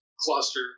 cluster